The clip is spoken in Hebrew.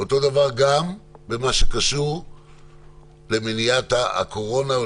אותו דבר גם במה שקשור למניעת הקורונה או